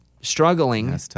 struggling